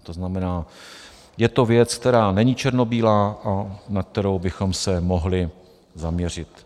To znamená, je to věc, která není černobílá, a na kterou bychom se mohli zaměřit.